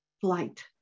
flight